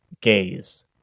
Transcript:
gaze